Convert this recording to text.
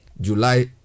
July